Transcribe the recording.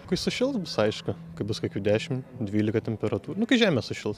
kai sušils bus aišku kad bus kokių dešim dvylika temperatūra nu kai žemė sušils